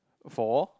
for